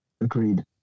Agreed